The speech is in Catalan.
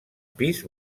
pis